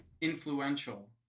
influential